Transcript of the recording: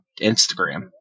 Instagram